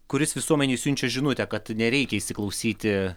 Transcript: kuris visuomenei siunčia žinutę kad nereikia įsiklausyti